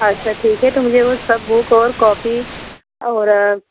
अच्छा ठीक है मुझे वह सब बुक कॉपी और